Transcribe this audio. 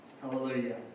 Hallelujah